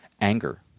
anger